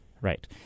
Right